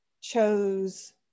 chose